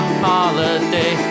holiday